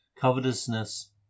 covetousness